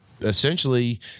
essentially